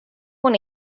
hon